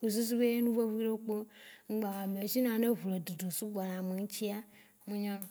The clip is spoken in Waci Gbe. Kple susu be nu vevu ɖe kpeo ŋgba va me, sinon ne eʋu le dudu sugbɔ le ame ŋtsia, mu nyɔnao.